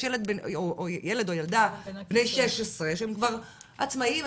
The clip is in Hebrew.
ילד או ילדה בני 16 שהם כבר עצמאים,